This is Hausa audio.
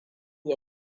ya